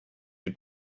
you